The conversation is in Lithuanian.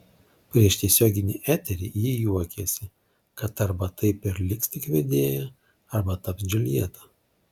prieš tiesioginį eterį ji juokėsi kad arba taip ir liks tik vedėja arba taps džiuljeta